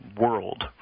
world